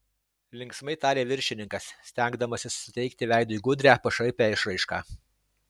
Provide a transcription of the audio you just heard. linksmai tarė viršininkas stengdamasis suteikti veidui gudrią pašaipią išraišką